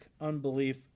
unbelief